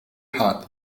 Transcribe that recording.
hot